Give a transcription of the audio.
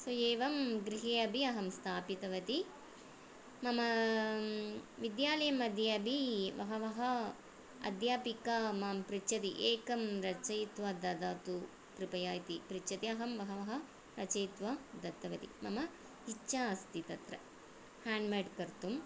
सो एवं गृहे अपि अहं स्थापितवती मम विद्यालयमद्ये अपि बहवः अद्यापिका मां पृच्छति एकं रचयित्वा ददातु कृपया इति पृच्छति अहं बहवः रचयित्वा दत्तवती मम इच्छा अस्ति तत्र हेण्ड् मेड् कर्तुं